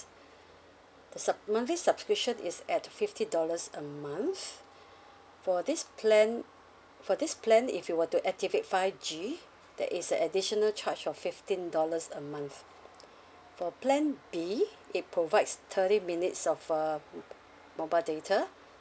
the sub~ monthly subscription is at fifty dollars a month for this plan for this plan if you were to activate five G there is a additional charge of fifteen dollars a month for plan B it provides thirty minutes of uh mobile data